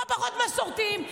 לא פחות מסורתיים,